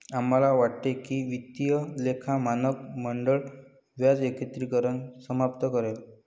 आम्हाला वाटते की वित्तीय लेखा मानक मंडळ व्याज एकत्रीकरण समाप्त करेल